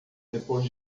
depois